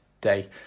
Day